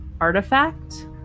artifact